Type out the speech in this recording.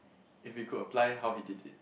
if he could apply how he did it